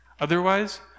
otherwise